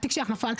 התיק שלך נפל.